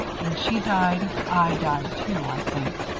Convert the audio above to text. when she died, i died too, i think.